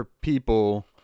people